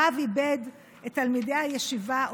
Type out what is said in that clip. הרב איבד את תלמידי הישיבה,